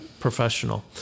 professional